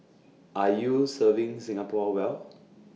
are you serving Singapore well